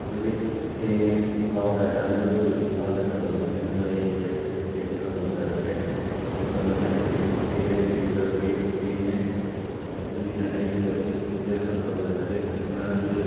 ꯍꯧꯖꯤꯛ ꯊꯦꯡꯉꯦ ꯏꯝꯐꯥꯜ ꯆꯥꯟꯗꯦꯜ ꯇꯨ ꯏꯝꯐꯥꯜ ꯆꯠꯀꯗꯕꯅꯤ ꯑꯗꯨ ꯑꯩ ꯀꯦꯞꯁꯦ ꯀꯦꯟꯁꯦꯜ ꯇꯧꯖꯔꯒꯦ ꯃꯇꯝ ꯍꯥꯏꯕꯗꯤ ꯊꯦꯡꯉꯦ ꯑꯩꯁꯨ ꯏꯟꯇꯔꯚ꯭ꯌꯨ ꯊꯦꯡꯉꯦ ꯑꯗꯨꯅꯤꯅ ꯑꯩ ꯀꯦꯞꯁꯦ ꯀꯦꯟꯁꯦꯜ ꯇꯧꯖꯔꯒꯦ ꯃꯔꯝꯗꯤ